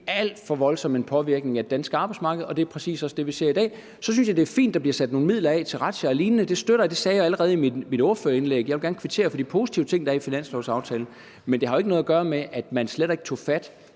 alt for voldsom påvirkning af det danske arbejdsmarked. Og det er præcis også det, vi ser i dag. Så synes jeg, at det er fint, at der bliver sat nogle midler af til razziaer og lignende, det støtter jeg – det sagde jeg allerede i mit ordførerindlæg; jeg vil gerne kvittere for de positive ting, der er i finanslovaftalen. Men det har jo ikke noget at gøre med, at man slet ikke tog fat